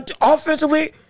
offensively